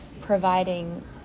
providing